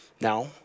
Now